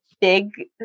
big